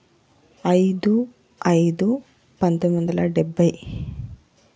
ఐదు ఐదు పంతొమ్మిది వందల డెబ్బై